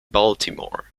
baltimore